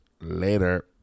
Later